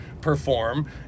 perform